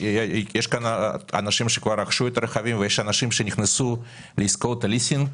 יש כאן אנשים שרכשו את הרכבים ויש אנשים שנכנסו לעסקאות הליסינג